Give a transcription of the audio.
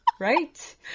right